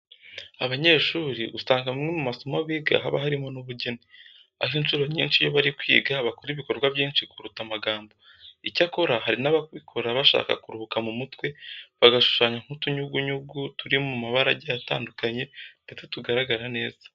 Abanyeshuri usanga amwe mu masomo biga haba harimo n'ubugeni. Aho inshuro nyinshi iyo bari kwiga bakora ibikorwa byinshi kuruta amagambo. Icyakora hari n'ababikora bashaka kuruhuka mu mutwe, bagashushanya nk'utunyugunyugu turi mu mabara agiye atandukanye ndetse tugaragara neza.